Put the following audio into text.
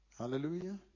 Hallelujah